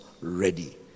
ready